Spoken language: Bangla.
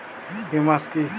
হিউমাস কি?